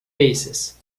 basis